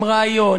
עם רעיון,